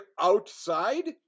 outside